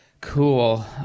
Cool